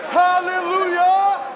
hallelujah